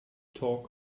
talk